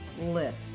list